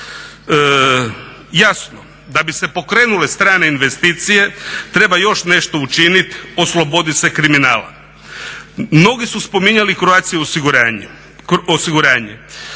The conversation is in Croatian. Jasno, da bi se pokrenule strane investicije treba još nešto učiniti, osloboditi se kriminala. Mnogi su spominjali Croatia osiguranje.